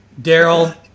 Daryl